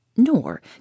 nor